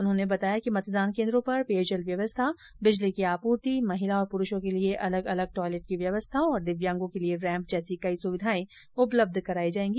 उन्होंने बताया कि मतदान केंद्रो पर पेयजल व्यवस्था बिजली की आपूर्ति महिला और पुरुषों के लिए अलग अलग टॉयलेट की व्यवस्था और दिव्यांगों के लिए रैंप जैसी कई सुविधाए उपलब्ध कराई जायेगी